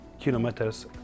kilometers